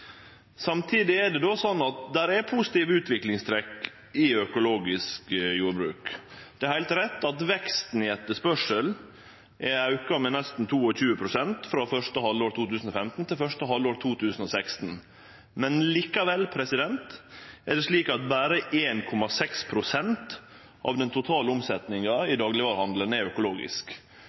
Samtidig er det slik at det er positive utviklingstrekk i økologisk jordbruk. Det er heilt rett at etterspørselen har auka med nesten 22 pst. frå første halvår 2015 til første halvår 2016, men likevel er berre 1,6 pst. av den totale omsetninga i daglegvarehandelen økologisk. Det viser den største konflikten vi eigentleg har i diskusjonen om økologisk